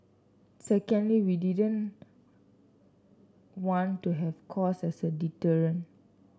secondly we didn't want to have cost as a deterrent